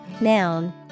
Noun